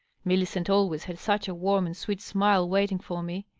millicent always had such a warm and sweet smile waiting for me!